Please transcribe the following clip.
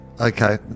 Okay